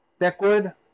Deckwood